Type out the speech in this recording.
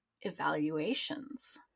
evaluations